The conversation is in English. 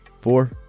four